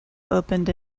opened